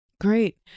great